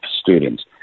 students